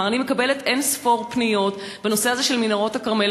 אני מקבלת אין-ספור פניות בנושא של מנהרות הכרמל.